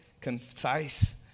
concise